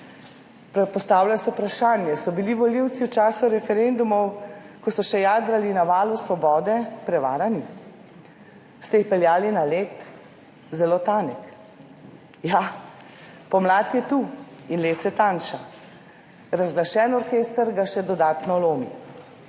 Postavlja se vprašanje, so bili volivci v času referendumov, ko so še jadrali na valu svobode, prevarani? Ste jih peljali na led? Zelo tanek. Pomlad je tu in led se tanjša. Razglašen orkester ga še dodatno lomi